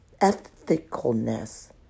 ethicalness